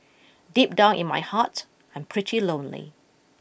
deep down in my heart I'm pretty lonely